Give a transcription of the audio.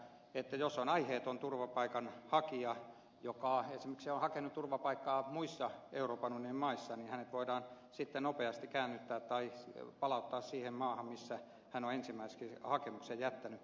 sitten jos on aiheeton turvapaikanhakija joka esimerkiksi on hakenut turvapaikkaa muissa euroopan unionin maissa niin hänet voidaan nopeasti käännyttää tai palauttaa siihen maahan missä hän on ensimmäiseksi hakemuksen jättänyt